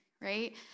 Right